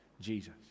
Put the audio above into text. Jesus